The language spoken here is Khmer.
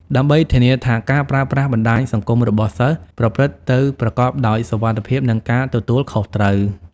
ដើម្បីធានាថាការប្រើប្រាស់បណ្ដាញសង្គមរបស់សិស្សប្រព្រឹត្តទៅប្រកបដោយសុវត្ថិភាព និងការទទួលខុសត្រូវ។